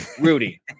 rudy